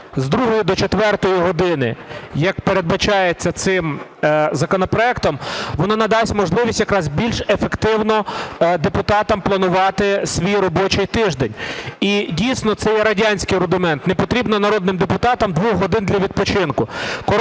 четвертої години, як передбачається цим законопроектом, воно надасть можливість якраз більш ефективно депутатам планувати свій робочий тиждень. І, дійсно, це є радянський рудимент. Не потрібно народним депутатам двох годин для відпочинку.